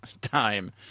time